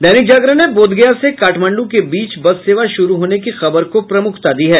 दैनिक जागरण ने बोधगया से काडमांडू के बीच बस सेवा शुरू होने की खबर को प्रमुखता दी है